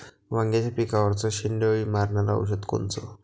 वांग्याच्या पिकावरचं शेंडे अळी मारनारं औषध कोनचं?